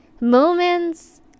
Moments